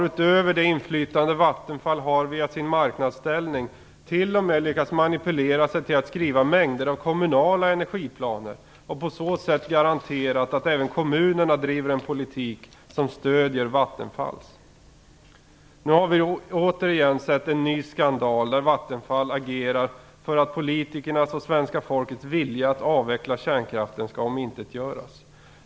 Utöver det inflytande som Vattenfall har genom sin marknadsställning har man t.o.m. lyckats manipulera sig till att skriva mängder av kommunala energiplaner och på så sätt garanterat att även kommunerna driver en politik som stödjer Vattenfall. Nu har vi återigen sett en skandal där Vattenfall agerar för att politikernas och svenska folkets vilja att avveckla kärnkraften skall omintetgöras.